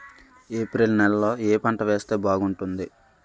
April నెలలో ఏ పంట వేస్తే బాగుంటుంది?